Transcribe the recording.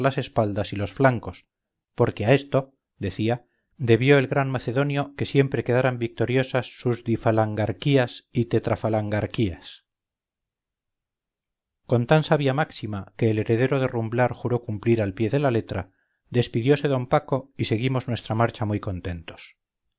espaldas y los flancos porque a esto decía debió el gran macedonio que siempre quedaran victoriosas sus difalangarquías y tetrafalangarquías con tan sabia máxima que el heredero de rumblarjuró cumplir al pie de la letra despidiose don paco y seguimos nuestra marcha muy contentos